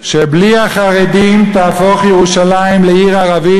שבלי החרדים תהפוך ירושלים לעיר ערבית